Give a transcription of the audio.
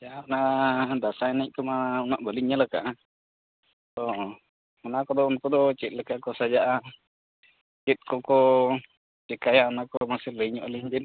ᱡᱟᱦᱟᱸ ᱚᱱᱟ ᱫᱟᱸᱥᱟᱭ ᱮᱱᱮᱡ ᱠᱚᱟᱢ ᱩᱱᱟᱹᱜ ᱵᱟᱹᱞᱤᱧ ᱧᱮᱞ ᱠᱟᱜᱼᱟ ᱟᱫᱚ ᱚᱱᱟ ᱠᱚᱫᱚ ᱩᱱᱠᱩ ᱫᱚ ᱪᱮᱫᱞᱮᱠᱟ ᱠᱚ ᱥᱟᱡᱟᱜᱼᱟ ᱪᱮᱫ ᱠᱚᱠᱚ ᱪᱮᱠᱟᱭᱟ ᱚᱱᱟ ᱠᱚ ᱢᱟᱥᱮ ᱞᱟᱹᱭ ᱧᱚᱜ ᱟᱹᱞᱤᱧ ᱵᱤᱱ